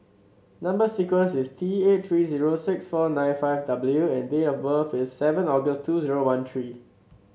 number sequence is T eight three zero six four nine five W and date of birth is seven August two zero one three